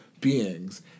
beings